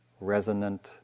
resonant